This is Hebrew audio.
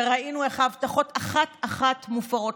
וראינו איך ההבטחות לציבור, אחת-אחת, מופרות.